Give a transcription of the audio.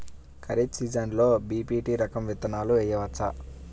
ఖరీఫ్ సీజన్లో బి.పీ.టీ రకం విత్తనాలు వేయవచ్చా?